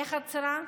איך עצרה?